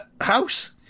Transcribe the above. house